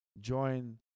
join